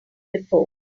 before